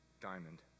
diamond